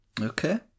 Okay